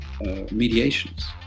mediations